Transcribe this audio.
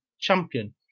champion